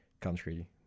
country